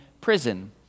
prison